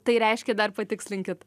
tai reiškia dar patikslinkit